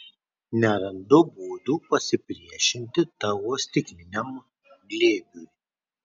nerandu būdų pasipriešinti tavo stikliniam glėbiui